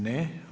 Ne.